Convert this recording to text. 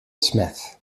smith